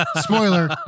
Spoiler